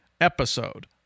episode